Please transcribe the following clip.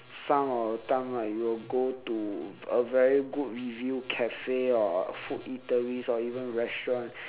some of the time right you will go to a very good review cafe or food eateries or even restaurant